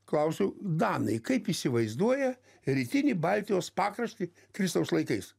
klausiau danai kaip įsivaizduoja rytinį baltijos pakraštį kristaus laikais